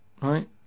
right